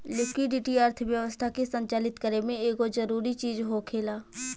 liquidity अर्थव्यवस्था के संचालित करे में एगो जरूरी चीज होखेला